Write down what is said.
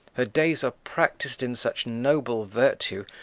her days are practis'd in such noble virtue,